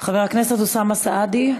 חבר הכנסת אוסאמה סעדי,